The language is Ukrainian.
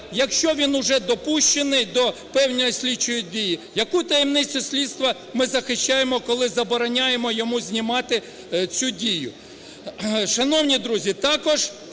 якщо він вже допущений до певної слідчої дії. Яку таємницю слідства ми захищаємо, коли забороняємо йому знімати цю дію?